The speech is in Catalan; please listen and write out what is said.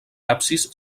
absis